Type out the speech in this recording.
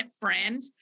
friend